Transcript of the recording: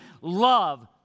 love